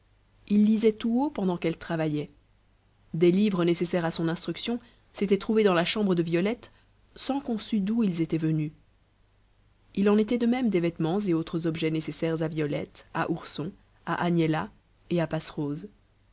il lisait tout haut pendant qu'elle travaillait des livres nécessaires à son instruction s'étaient trouvés dans la chambre de violette sans qu'on sût d'où ils étaient venus il en était de même des vêtements et autres objets nécessaires à violette à ourson à agnella et à passerose